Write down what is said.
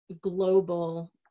global